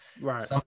Right